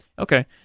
Okay